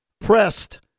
pressed